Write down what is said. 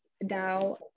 now